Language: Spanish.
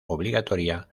obligatoria